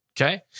Okay